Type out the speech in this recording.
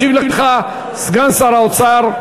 ישיב לך סגן שר האוצר,